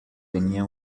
tenía